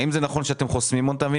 האם אתם חוסמים אותה?